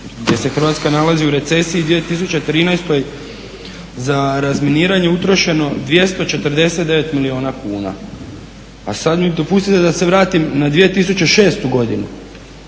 gdje se Hrvatska nalazi u recesiji 2013. za razminiranje utrošeno 249 milijuna kuna. A sad mi dopustite da se vratim na 2006. godinu